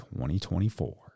2024